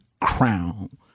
crown